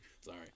Sorry